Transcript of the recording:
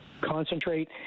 concentrate